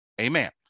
Amen